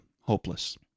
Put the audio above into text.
Hopeless